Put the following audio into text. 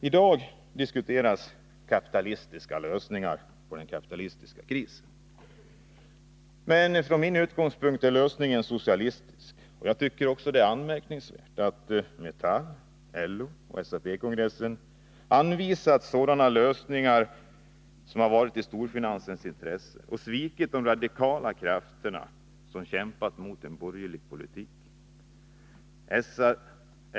I dag diskuteras kapitalistiska lösningar av den kapitalistiska krisen. Men från min utgångspunkt måste lösningen vara socialistisk, och jag tycker det är anmärkningsvärt att Metall-,/LO och SAP kongresserna anvisat sådana lösningar som varit i storfinansens intresse och därmed svikit de radikala krafterna, som kämpat mot borgerlig politik.